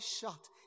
shot